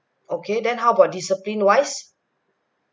okay then how about discipline wise